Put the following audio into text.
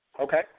Okay